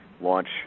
launch